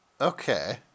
Okay